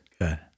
Good